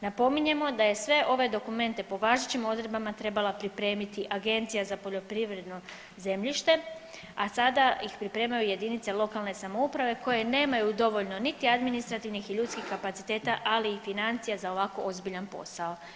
Napominjemo da je sve ove dokumente po važećim odredbama trebala pripremiti Agencija za poljoprivredno zemljište, a sada ih pripremaju jedinice lokalne samouprave koje nemaju dovoljno niti administrativni i ljudskih kapaciteta, ali i financija za ovako ozbiljan posao.